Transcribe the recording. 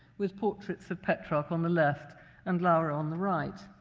with portraits of petrarch on the left and laura on the right.